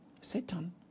Satan